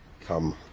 come